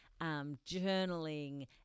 journaling